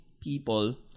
people